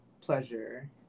pleasure